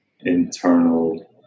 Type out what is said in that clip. internal